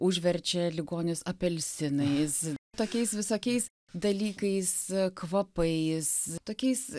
užverčia ligonius apelsinais tokiais visokiais dalykais kvapais tokiais